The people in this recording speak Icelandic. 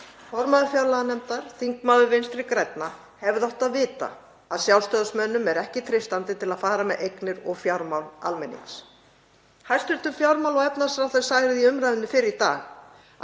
Formaður fjárlaganefndar, þingmaður Vinstri grænna, hefði átt að vita að Sjálfstæðismönnum er ekki treystandi til að fara með eignir og fjármál almennings. Hæstv. fjármála- og efnahagsráðherra sagði í umræðunni fyrr í dag